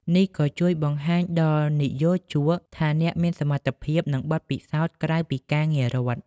នេះក៏ជួយបង្ហាញដល់និយោជកថាអ្នកមានសមត្ថភាព និងបទពិសោធន៍ក្រៅពីការងាររដ្ឋ។